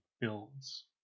builds